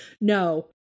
no